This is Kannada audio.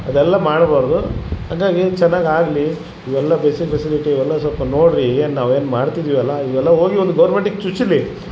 ಅದೆಲ್ಲ ಮಾಡಬಾರ್ದು ಹಂಗಾಗಿ ಚೆನ್ನಾಗ್ ಆಗಲಿ ಇವೆಲ್ಲಾ ಬೇಸಿಕ್ ಫೆಸಿಲಿಟಿ ಇವೆಲ್ಲಾ ಸ್ವಲ್ಪ ನೋಡ್ರಿ ನಾವೇನು ಮಾಡ್ತಿದಿವಲ್ಲ ಇವೆಲ್ಲ ಹೋಗಿ ಒಂದು ಗೋರ್ಮೆಂಟಿಗೆ ಚುಚ್ಲಿ